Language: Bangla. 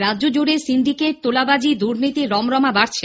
রাজ্য জুড়ে সিন্ডিকেট তোলাবাজি দুর্নীতির রমরমা বাড়ছে